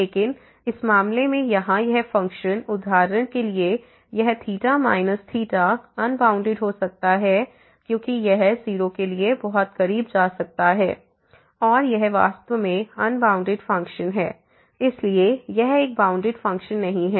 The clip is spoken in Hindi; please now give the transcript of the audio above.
लेकिन इस मामले में यहाँ यह फ़ंक्शन उदाहरण के लिए यह अनबॉउंडेड हो सकता है क्योंकि यह 0 के बहुत करीब जा सकता है और यह वास्तव में अनबॉउंडेड फंक्शन है इसलिए यह एक बाउंडीड फंक्शन नहीं है